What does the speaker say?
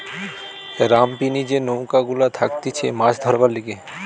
রামপিনি যে নৌকা গুলা থাকতিছে মাছ ধরবার লিগে